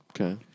Okay